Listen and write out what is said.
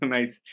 Nice